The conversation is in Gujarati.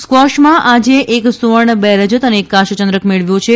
સ્કવોશમાં આજે એક સુવર્ણ બે રજત અને એક કાંસ્યચંદ્રક મેળવ્યો છે